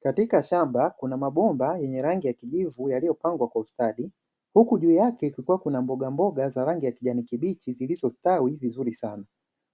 Katika shamba, kuna mabomba yenye rangi ya kijivu yaliyopangwa kwa ustadi, huku juu yake kuna mbogamboga za rangi a kijani kibichi zilizostawi vizuri sana.